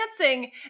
dancing